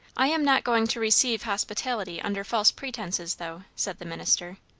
i am not going to receive hospitality under false pretences, though, said the minister.